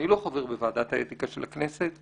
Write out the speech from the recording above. אני לא חבר בוועדת האתיקה של הכנסת,